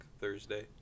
thursday